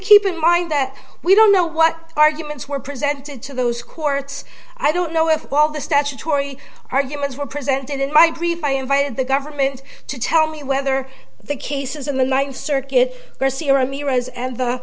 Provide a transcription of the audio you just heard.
keep in mind that we don't know what arguments were presented to those courts i don't know if all the statutory arguments were present and in my brief i invited the government to tell me whether the case is in the ninth circuit